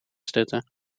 stutten